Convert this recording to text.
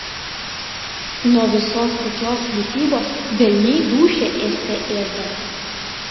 nuo visos tokios mitybos velniai dūšią ėste ėsdavo